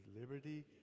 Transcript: liberty